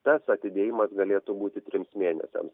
tas atidėjimas galėtų būti trims mėnesiams